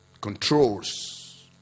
Controls